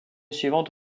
suivante